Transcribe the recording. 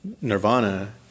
Nirvana